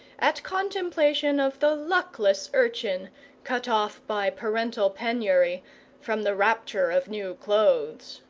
at contemplation of the luckless urchin cut off by parental penury from the rapture of new clothes.